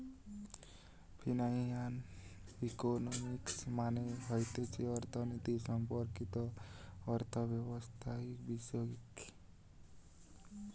financial economics মানে হতিছে অর্থনীতি সম্পর্কিত অর্থব্যবস্থাবিষয়ক